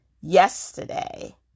yesterday